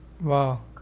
Wow